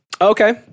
Okay